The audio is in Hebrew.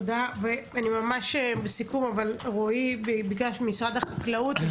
אני ממש בסיכום, רואי ממשרד החקלאות ביקש.